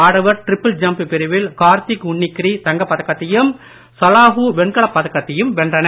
ஆடவர் triple jump பிரிவில் கார்த்திக் உன்னிக்ரி தங்கப் பதக்கத்தையும் சலாஹ்ஹு வெண்கலப் பதக்கத்தையும் வென்றனர்